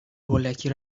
هولکی